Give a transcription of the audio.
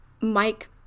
Mike